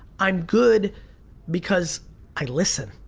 i'm good because i listen.